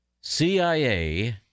CIA